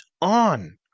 on